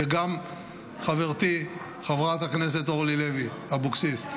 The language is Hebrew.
וגם חברתי חברת הכנסת אורלי לוי אבקסיס.